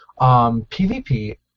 PvP